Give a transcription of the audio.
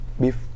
beef